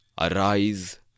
arise